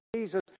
Jesus